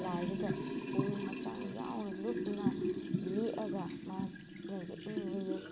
ꯂꯥꯏꯗꯨꯗ ꯄꯨꯛꯅꯤꯡ ꯍꯛꯆꯥꯡ ꯌꯥꯎꯅ ꯂꯨꯞꯅ ꯌꯦꯛꯑꯒ ꯃꯍꯥꯛꯅ ꯌꯦꯛꯅꯤꯡꯏꯕ ꯌꯦꯛ